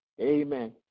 Amen